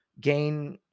gain